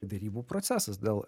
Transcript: derybų procesas dėl